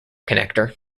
connector